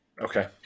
Okay